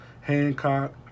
Hancock